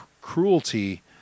cruelty